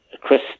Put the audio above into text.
Chris